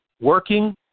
working